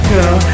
Girl